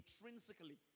intrinsically